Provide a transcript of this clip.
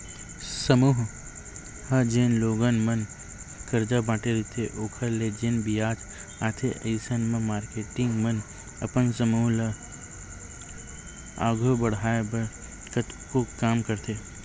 समूह ह जेन लोगन मन करजा बांटे रहिथे ओखर ले जेन बियाज आथे अइसन म मारकेटिंग मन अपन समूह ल आघू बड़हाय बर कतको काम करथे